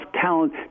talent